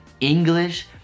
English